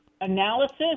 analysis